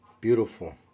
Beautiful